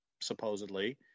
supposedly